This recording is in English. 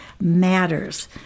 matters